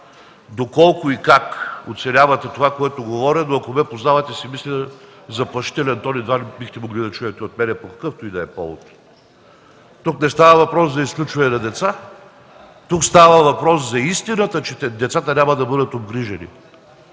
доколко и как оценявате това, което говоря, но ако ме познавате, мисля си, че заплашителен тон едва ли бихте могли да чуете от мен по какъвто и да е повод. Тук не става въпрос за изключване на деца – става въпрос за истината, че децата няма да бъдат обгрижени.